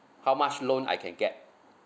how much loan I can get